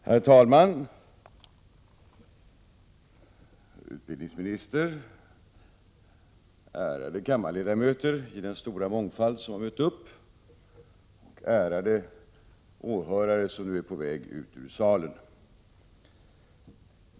Herr talman! Herr utbildningsminister, ärade kammarledamöter i den stora mångfald som har mött upp och ärade åhörare som nu är på väg ut ur salen!